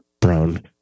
brown